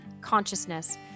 Consciousness